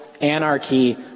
anarchy